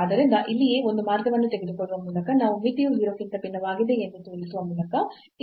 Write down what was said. ಆದ್ದರಿಂದ ಇಲ್ಲಿಯೇ ಒಂದು ಮಾರ್ಗವನ್ನು ತೆಗೆದುಕೊಳ್ಳುವ ಮೂಲಕ ಮತ್ತು ಮಿತಿಯು 0 ಕ್ಕಿಂತ ಭಿನ್ನವಾಗಿದೆ ಎಂದು ತೋರಿಸುವ ಮೂಲಕ